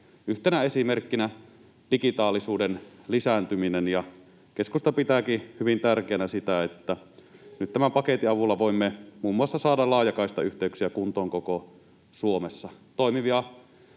yhtenä esimerkkinä digitaalisuuden lisääntyminen, ja keskusta pitääkin hyvin tärkeänä sitä, että nyt tämän paketin avulla voimme muun muassa saada laajakaistayhteyksiä kuntoon koko Suomessa. Toimivia